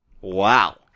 Wow